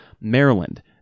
Maryland